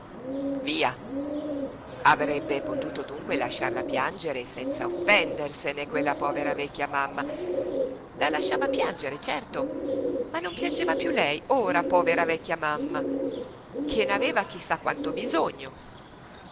via avrebbe potuto dunque lasciarla piangere senz'offendersene quella povera vecchia mamma la lasciava piangere certo ma non piangeva piú lei ora povera vecchia mamma che n'aveva chi sa quanto bisogno